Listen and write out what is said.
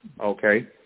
okay